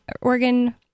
organ